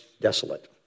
desolate